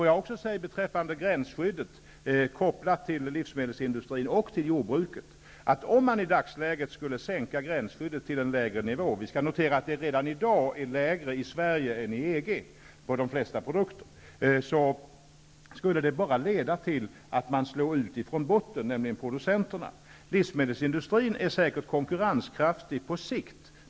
Jag vill vidare beträffande gränsskyddet kopplat till livsmedelsindustrin och till jordbruket säga att om man i dagsläget skulle sänka gränsskyddet till en lägre nivå -- vi skall notera att det redan i dag är lägre i Sverige än i EG på de flesta produkter -- skulle det bara leda till att man slår ut från botten, dvs. slår ut producenterna. Livsmedelsindustrin är säkerligen konkurrenskraftig på sikt.